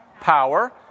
Power